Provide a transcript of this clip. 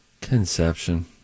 Conception